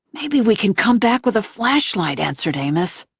maybe we can come back with a flashlight, answered amos.